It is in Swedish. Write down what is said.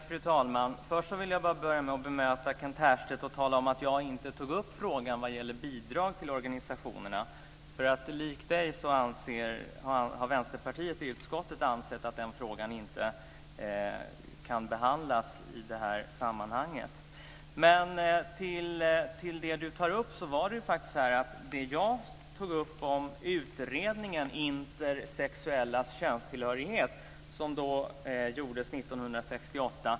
Fru talman! Jag vill först börja med att bemöta Kent Härstedt och tala om att jag inte tog upp frågan om bidrag till organisationerna. I likhet med Kent Härstedt har Vänsterpartiet i utskottet ansett att frågan inte kan behandlas i det här sammanhanget. Det som jag tog upp var utredningen Intersexuellas könstillhörighet, som gjordes 1968.